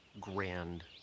grand